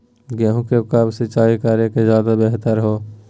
गेंहू को कब सिंचाई करे कि ज्यादा व्यहतर हो?